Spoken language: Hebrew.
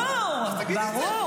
ברור, ברור.